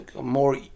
more